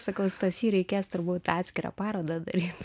sakau stasy reikės turbūt atskirą parodą daryt